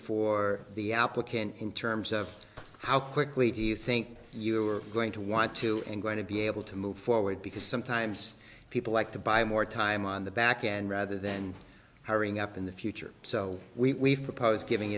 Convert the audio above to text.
for the applicant in terms of how quickly do you think you are going to want to and going to be able to move forward because sometimes people like to buy more time on the back end rather than hurrying up in the future so we propose giving